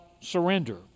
surrender